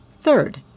Third